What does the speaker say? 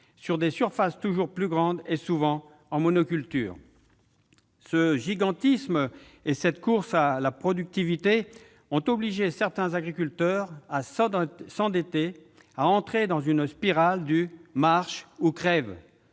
sur des surfaces toujours plus grandes, et souvent en monoculture. Ce gigantisme et cette course à la productivité ont obligé certains agriculteurs à s'endetter et à entrer dans la spirale du « marche ou crève